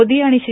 मोदी आणि श्री